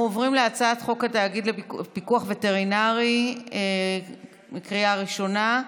אנחנו עוברים להצעת חוק התאגיד לפיקוח וטרינרי לקריאה ראשונה.